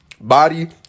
Body